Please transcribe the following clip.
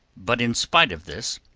but in spite of this,